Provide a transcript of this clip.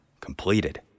completed